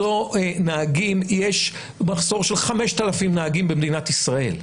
יש מחסור של 5,000 נהגים במדינת ישראל.